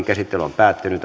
käsittelyyn